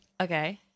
Okay